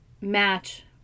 match